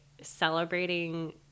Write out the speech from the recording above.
celebrating